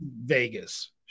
Vegas